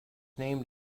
named